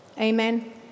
Amen